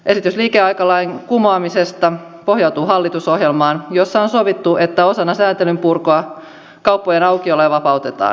esitys liikeaikalain kumoamisesta pohjautuu hallitusohjelmaan jossa on sovittu että osana sääntelyn purkua kauppojen aukioloa vapautetaan